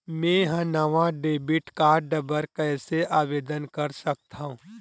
मेंहा नवा debit card बर कैसे आवेदन कर सकथव?